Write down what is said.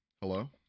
Hello